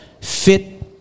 fit